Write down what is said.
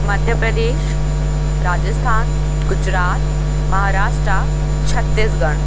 Madhya Pradesh Rajasthan Gujarat Maharashtra Chhattisgarh